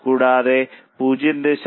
കൂടാതെ 0